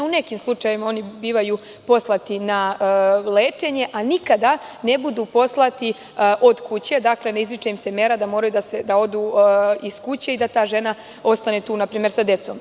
U nekim slučajevima oni bivaju poslati na lečenje, a nikada ne budu poslati od kuće, dakle, ne izriče im se mera da moraju da odu od kuće i da ta žena ostane tu sa decom.